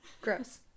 Gross